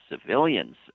civilians